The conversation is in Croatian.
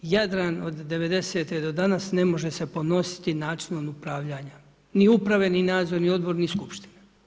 Jadran od '90. do danas ne može se ponositi načinom upravljanja, ni uprave, ni nadzorni odbor, ni skupštine.